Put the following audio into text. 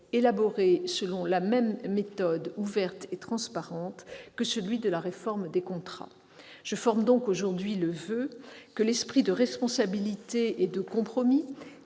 élaboré selon la même méthode ouverte et transparente que celui de la réforme des contrats. Je forme donc aujourd'hui le voeu que l'esprit de responsabilité et de compromis